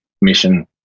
mission